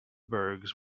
burghs